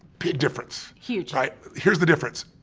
big difference. huge. right? here's the difference.